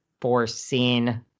foreseen